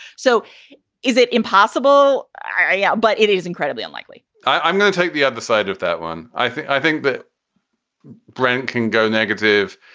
so is it impossible? yeah, but it is incredibly unlikely i'm going to take the other side of that one. i think i think that brent can go negative.